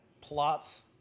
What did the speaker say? plots